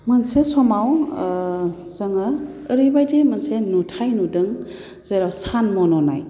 मोनसे समाव जोङो ओरैबादि मोनसे नुथाय नुदों जेराव सान मन'नाय